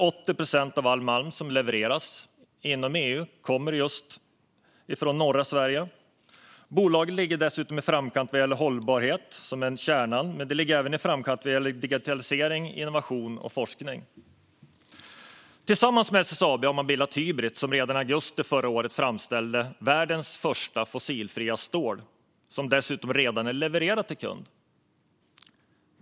80 procent av all malm som levereras inom EU kommer från just norra Sverige. Bolaget ligger dessutom i framkant vad gäller hållbarhet, vilket är kärnan, men även vad gäller digitalisering, innovation och forskning. Tillsammans med SSAB har man bildat Hybrit, som redan i augusti förra året framställde världens första fossilfria stål, som dessutom redan är levererat till kund.